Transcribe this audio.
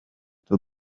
the